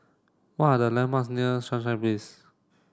what are the landmarks near Sunshine Place